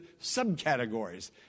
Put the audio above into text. subcategories